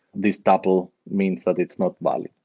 this stopple means that it's not valid.